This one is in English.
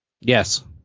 Yes